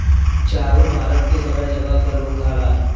चाउर भारत के सबै जगह क लोग खाला